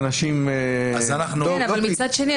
מצד שני,